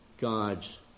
God's